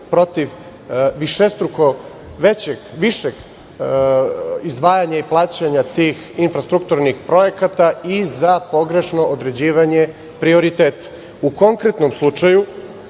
protiv višestruko višeg izdvajanja i plaćanja tih infrastrukturnih projekata i za pogrešno određivanje prioriteta.U konkretnom slučaju